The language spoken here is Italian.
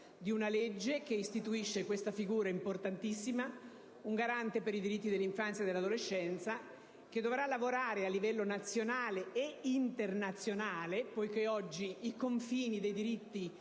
di una legge che istituisce questa figura importantissima: un Garante per i diritti dell'infanzia e dell'adolescenza, che dovrà lavorare a livello nazionale ed internazionale, poiché oggi i confini dei diritti